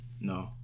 No